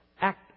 act